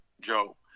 Joe